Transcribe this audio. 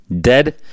dead